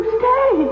stay